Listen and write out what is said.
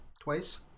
twice